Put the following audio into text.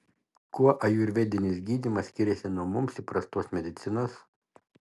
kuo ajurvedinis gydymas skiriasi nuo mums įprastos medicinos